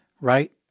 Right